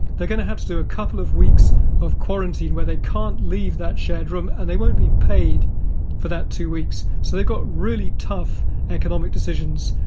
they're going to have to do a couple of weeks of quarantine, where they can't leave that shared room and they won't be paid for that two weeks. so they've got really tough economic decisions,